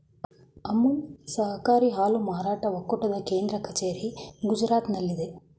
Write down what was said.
ಅಮುಲ್ ಸಹಕಾರಿ ಹಾಲು ಮಾರಾಟ ಒಕ್ಕೂಟದ ಕೇಂದ್ರ ಕಚೇರಿ ಗುಜರಾತ್ನಲ್ಲಿದೆ